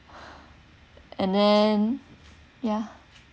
and then ya